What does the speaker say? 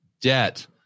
debt